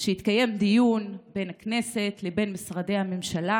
שיתקיים דיון בין הכנסת לבין משרדי הממשלה.